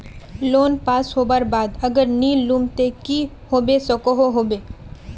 Loan pass होबार बाद अगर नी लुम ते की होबे सकोहो होबे?